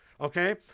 Okay